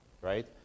Right